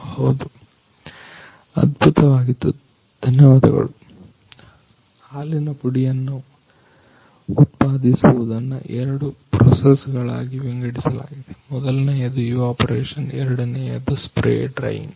ಅದ್ಭುತವಾಗಿತ್ತು ಧನ್ಯವಾದಗಳು ಹಾಲಿನ ಪುಡಿಯನ್ನು ಉತ್ಪಾದಿಸುವುದನ್ನು 2 ಪ್ರಾಸೆಸ್ ಗಳಾಗಿ ವಿಂಗಡಿಸಲಾಗಿದೆ ಮೊದಲನೆಯದು ಇವಾಪರೇಷನ್ ಎರಡನೆಯದು ಸ್ಪ್ರೇ ಡ್ರೈಯಿಂಗ್